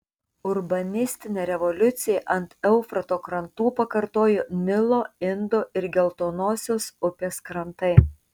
urbanistinę revoliuciją ant eufrato krantų pakartojo nilo indo ir geltonosios upės krantai